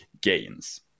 gains